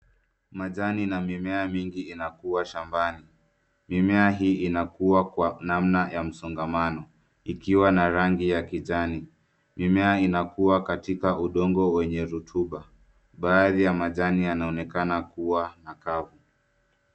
Majani na mimea mingi inakua shambani, mimea hii inakua kwa namna ya msongamano ikiwa na rangi ya kijani, mimea inakua katika udongo wenye rotuba, baadhi ya majani yanaonekana kuwa makavu.